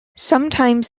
sometimes